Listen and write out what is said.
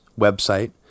website